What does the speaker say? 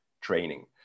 training